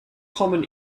common